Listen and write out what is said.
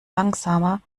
langsamer